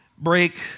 Break